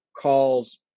calls